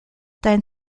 dein